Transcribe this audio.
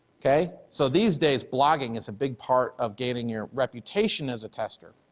okay? so these days, blogging is a big part of gaining your reputation as a tester.